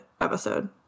episode